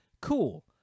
cool